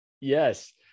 Yes